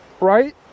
right